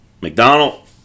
McDonald